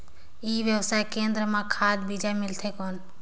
ई व्यवसाय केंद्र मां खाद बीजा मिलथे कौन?